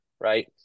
Right